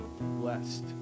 blessed